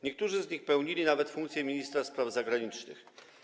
Niektórzy z nich pełnili nawet funkcję ministra spraw zagranicznych.